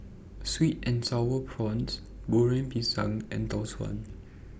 Sweet and Sour Prawns Goreng Pisang and Tau Suan